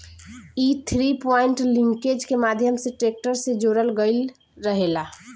इ three point linkage के माध्यम से ट्रेक्टर से जोड़ल गईल रहेला